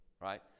right